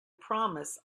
promise